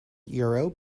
euro